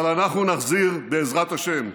אבל אנחנו נחזיר, בעזרת השם,